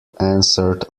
answered